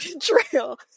Trail